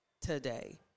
today